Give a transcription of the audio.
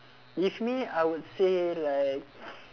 if me I would say like